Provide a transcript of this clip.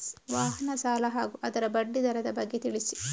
ವಾಹನ ಸಾಲ ಹಾಗೂ ಅದರ ಬಡ್ಡಿ ದರದ ಬಗ್ಗೆ ತಿಳಿಸಿ?